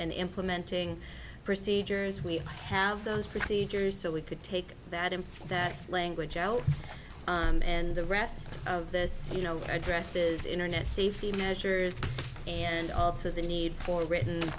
and implementing procedures we have those procedures so we could take that in that language l and the rest of this you know addresses internet safety measures and also the need for